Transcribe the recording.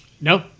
no